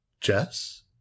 Jess